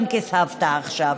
גם כסבתא עכשיו.